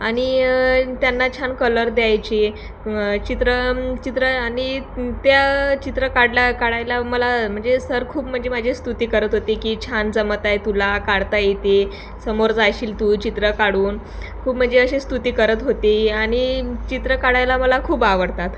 आणि त्यांना छान कलर द्यायचे चित्र चित्र आणि त्या चित्र काढला काढायला मला म्हणजे सर खूप म्हणजे माझी स्तुती करत होते की छान जमत आहे तुला काढता येते समोर जाशील तू चित्र काढून खूप म्हणजे अशीे स्तुती करत होती आणि चित्र काढायला मला खूप आवडतात